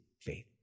faith